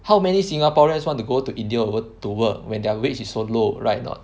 how many Singaporeans want to go to india to to work when their wage is so low right or not